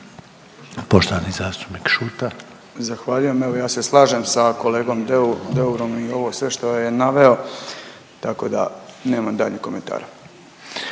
Tomislav (HDZ)** Zahvaljujem. Evo, ja se slažem sa kolegom Deu… Deurom i ovo sve što je naveo tako da nemam daljnjih komentara.